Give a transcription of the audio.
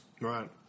Right